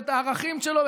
ואת הערכים שלו,